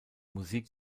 musik